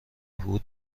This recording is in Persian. بود